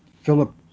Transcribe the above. Philip